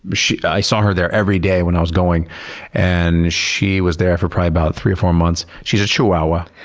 but i saw her there every day when i was going and she was there for probably about three or four months. she's a chihuahua,